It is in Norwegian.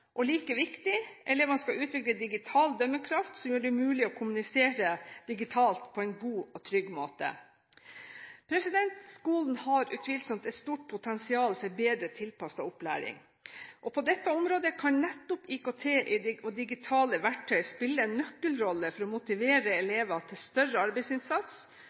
og like viktig: Elevene skal utvikle digital dømmekraft som gjør det mulig å kommunisere digitalt på en god og trygg måte. Skolen har utvilsomt et stort potensial for bedre tilpasset opplæring. På dette området kan nettopp IKT og digitale verktøy spille en nøkkelrolle for å motivere elever til større arbeidsinnsats,